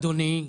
אדוני,